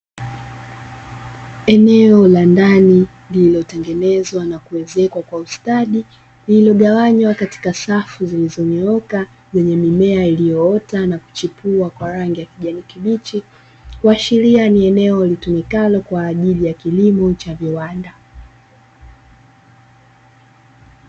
Eneo la ndani lililotengenezwa na kuezekwa kwa ustadi lililogawanywa katika safu zilizonyooka, zenye mimea iliyoota na kuchipua kwa rangi ya kijani kibichi kuashiria ni eneo litumikalo kwa ajili ya kilimo cha viwanda.